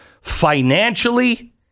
financially